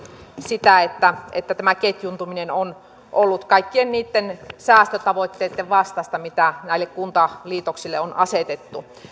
sitä että että tämä ketjuuntuminen on ollut kaikkien niitten säästötavoitteitten vastaista mitä näille kuntaliitoksille on asetettu